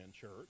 church